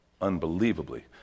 unbelievably